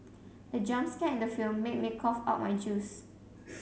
the jump scare in the film made me cough out my juice